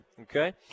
okay